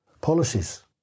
policies